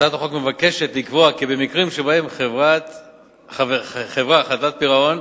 הצעת החוק מבקשת לקבוע כי במקרים שבהם חברה חדלת פירעון,